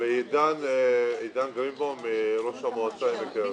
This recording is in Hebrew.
ועידן גרינבאום ראש המועצה עמק הירדן.